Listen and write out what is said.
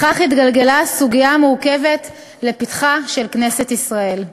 כך התגלגלה הסוגיה המורכבת לפתחה של כנסת ישראל.